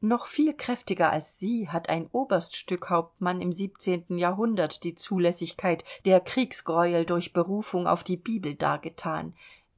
noch viel kräftiger als sie hat ein oberststückhauptmann im jahrhundert die zulässigkeit der kriegsgreuel durch berufung auf die bibel dargethan